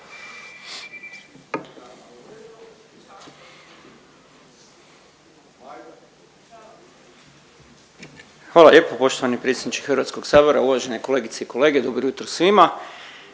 Hvala lijepa poštovani potpredsjedniče Hrvatskog sabora. Uvažene kolegice i kolege, uvažena